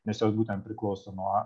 nes jos būtent priklauso nuo